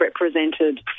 represented